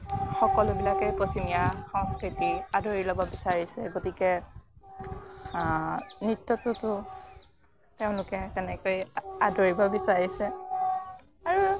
সকলোবিলাকেই পশ্চিমীয়া সংস্কৃতি আদৰি ল'ব বিচাৰিছে গতিকে নৃত্যটোকো তেওঁলোকে তেনেকৈ আদৰিব বিচাৰিছে আৰু